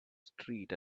street